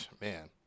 Man